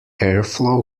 airflow